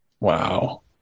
Wow